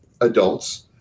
adults